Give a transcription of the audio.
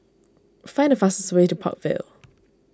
find the fastest way to Park Vale